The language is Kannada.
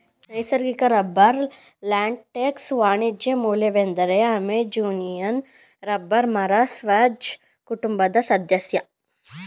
ನೈಸರ್ಗಿಕ ರಬ್ಬರ್ ಲ್ಯಾಟೆಕ್ಸ್ನ ವಾಣಿಜ್ಯ ಮೂಲವೆಂದರೆ ಅಮೆಜೋನಿಯನ್ ರಬ್ಬರ್ ಮರ ಸ್ಪರ್ಜ್ ಕುಟುಂಬದ ಸದಸ್ಯ